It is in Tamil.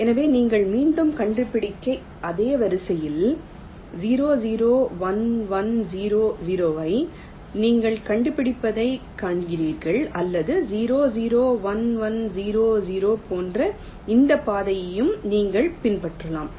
எனவே நீங்கள் மீண்டும் கண்டுபிடிக்க அதே வரிசையில் 0 0 1 1 0 0 ஐ நீங்கள் கண்டுபிடிப்பதை காண்கிறீர்கள் அல்லது 0 0 1 1 0 0 போன்ற இந்த பாதையையும் நீங்கள் பின்பற்றலாம்